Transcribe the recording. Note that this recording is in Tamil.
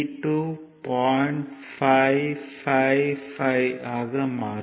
555 Ω ஆக மாறும்